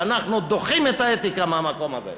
ואנחנו דוחים את האתיקה מהמקום הזה.